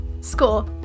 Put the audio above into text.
Score